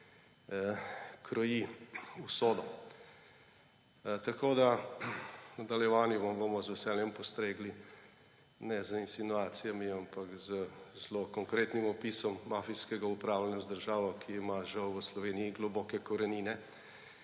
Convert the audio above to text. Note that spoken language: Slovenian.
kroji usodo. V nadaljevanju vam bomo z veseljem postregli ne z insinuacijami, ampak z zelo konkretnim opisom mafijskega upravljanja z državo, ki ima žal v Sloveniji globoke korenine